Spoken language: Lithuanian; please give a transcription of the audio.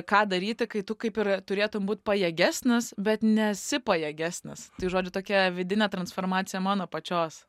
ką daryti kai tu kaip ir turėtum būt pajėgesnis bet nesi pajėgesnis tai žodžiu tokia vidinė transformacija mano pačios